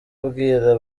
abwira